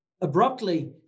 abruptly